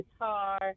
guitar